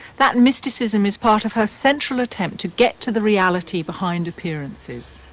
that mysticism is part of her central attempt to get to the reality behind appearances.